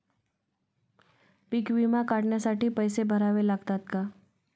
पीक विमा काढण्यासाठी पैसे भरावे लागतात का?